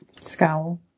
scowl